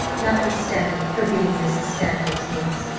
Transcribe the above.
notwithstanding her being mrs. stanhope's niece.